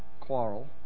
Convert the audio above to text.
quarrel